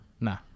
nah